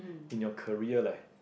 in your career leh